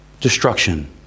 destruction